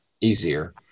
easier